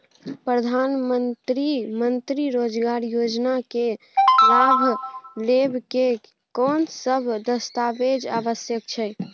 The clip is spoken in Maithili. प्रधानमंत्री मंत्री रोजगार योजना के लाभ लेव के कोन सब दस्तावेज आवश्यक छै?